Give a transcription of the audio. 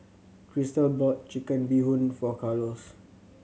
Chrystal bought Chicken Bee Hoon for Carlos